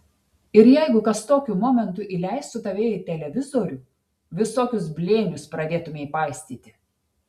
ir jeigu kas tokiu momentu įleistų tave į televizorių visokius blėnius pradėtumei paistyti